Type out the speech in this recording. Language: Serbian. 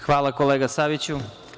Hvala kolega Saviću.